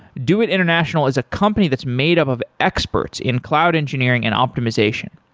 doit international is a company that's made up of experts in cloud engineering and optimization.